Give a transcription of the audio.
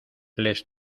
les